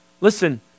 Listen